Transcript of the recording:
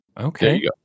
okay